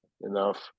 enough